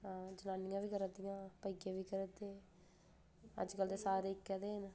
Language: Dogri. जनानियां बी घरै दियां भाइयें बी करै दे अजकल ते सारे इक जनेह् न